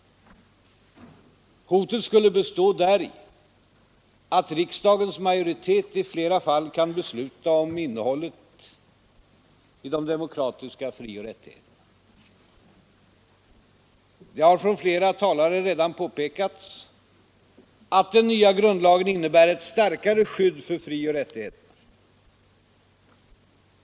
Hotet skulle bestå däri, att riksdagens majoritet i flera fall kan besluta om innehållet i de demokratiska frioch rättigheterna. Det har från flera talare redan påpekats att den nya grundlagen innebär ett starkare skydd för frioch rättigheterna.